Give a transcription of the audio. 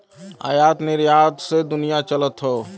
आयात निरयात से दुनिया चलत हौ